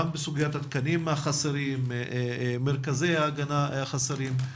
גם בסוגיית התקנים החסרים, מרכזי ההגנה החסרים.